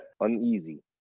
Uneasy